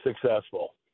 successful